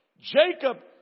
Jacob